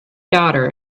daughter